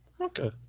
Okay